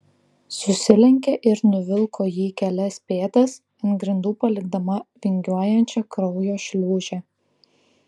susilenkė ir nuvilko jį kelias pėdas ant grindų palikdama vingiuojančią kraujo šliūžę